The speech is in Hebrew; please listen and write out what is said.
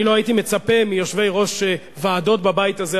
אני לא הייתי מצפה מיושבי-ראש ועדות בבית הזה,